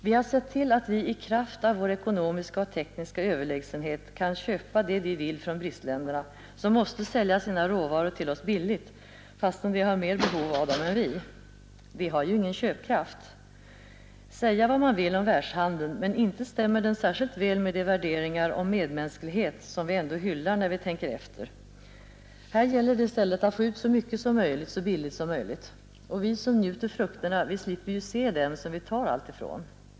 Vi har sett till att vi i kraft av vår ekonomiska och tekniska överlägsenhet kan köpa det vi vill från bristländerna, som måste sälja sina råvaror till oss billigt, fastän de har mer behov av dem än vi. De har ju ingen ”köpkraft”. Säga vad man vill om världshandeln, men inte stämmer den särskilt väl med de värderingar om medmänsklighet som vi ändå hyllar, när vi tänker efter. Här gäller det i stället att få ut så mycket som möjligt så billigt som möjligt. Och vi som njuter frukterna, vi slipper ju se dem som vi tar allt ifrån.